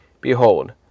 Behold